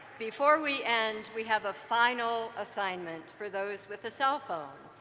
before we end, we have a final assignment for those with a cell phone.